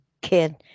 kid